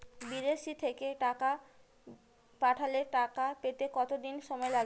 বিদেশ থেকে টাকা পাঠালে টাকা পেতে কদিন সময় লাগবে?